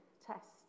test